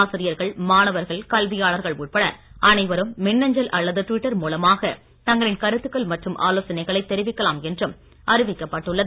ஆசிரியர்கள் மாணவர்கள் கல்வியாளர்கள் உட்பட அனைவரும் மின்னஞ்சல் அல்லது டுவிட்டர் மூலமாக தங்களின் கருத்துக்கள் மற்றும் ஆலோசனைகளை தெரிவிக்கலாம் என்றும் அறிவிக்கப்பட்டுள்ளது